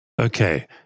Okay